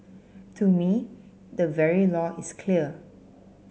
to me the very law is clear